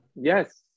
Yes